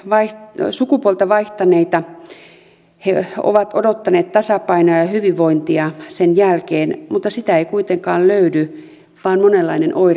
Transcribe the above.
monet sukupuolta vaihtaneet ovat odottaneet tasapainoa ja hyvinvointia sen jälkeen mutta sitä ei kuitenkaan löydy vaan monenlainen oireilu jatkuu